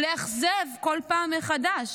ולאכזב בכל פעם מחדש.